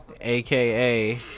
aka